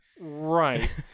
Right